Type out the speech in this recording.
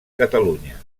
catalunya